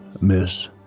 miss